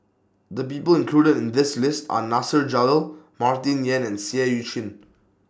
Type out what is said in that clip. The People included in This list Are Nasir Jalil Martin Yan and Seah EU Chin